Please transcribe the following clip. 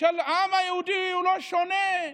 העם היהודי לא שונה.